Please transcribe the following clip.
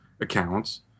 accounts